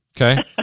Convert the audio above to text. okay